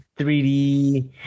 3D